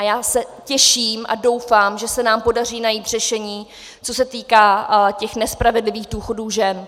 Já se těším a doufám, že se nám podaří najít řešení, co se týká těch nespravedlivých důchodů žen.